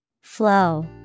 Flow